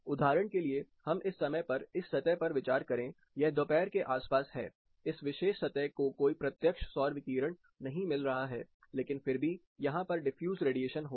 उदाहरण के लिए इस समय पर इस सतह पर विचार करें यह दोपहर के आसपास है इस विशेष सतह को कोई प्रत्यक्ष सौर विकिरण नहीं मिल रहा है लेकिन फिर भी यहां पर डिफ्यूज रेडिएशन होगा